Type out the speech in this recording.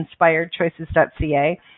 inspiredchoices.ca